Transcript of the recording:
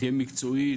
תהיה מקצועית,